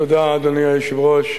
אדוני היושב-ראש,